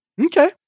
Okay